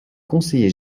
conseiller